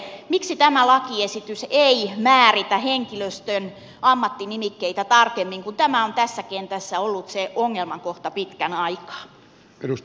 miksi tämä lakiesitys ei määritä henkilöstön ammattinimikkeitä tarkemmin kun tämä on tässä kentässä ollut se ongelmakohta pitkän aikaa